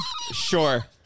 Sure